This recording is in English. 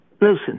Listen